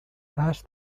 has